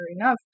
enough